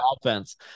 offense